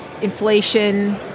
inflation